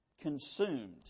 consumed